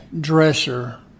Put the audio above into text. dresser